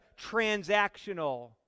transactional